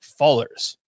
fallers